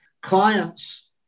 Clients